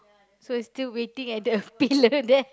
so it's still waiting at the pillar there